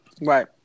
right